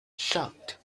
shocked